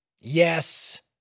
Yes